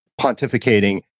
pontificating